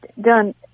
done